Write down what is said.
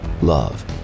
love